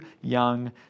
young